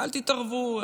אל תתערבו,